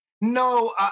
No